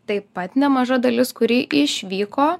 taip pat nemaža dalis kuri išvyko